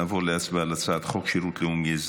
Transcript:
נעבור להצבעה על הצעת חוק שירות לאומי-אזרחי,